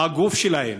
הגוף שלהם.